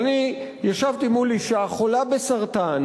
אבל אני ישבתי מול אשה חולה בסרטן.